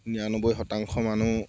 নিৰান্নব্বৈ শতাংশ মানুহ